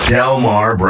Delmar